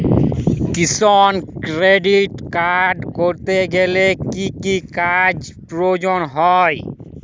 কিষান credit card করতে গেলে কি কি কাগজ প্রয়োজন হয়?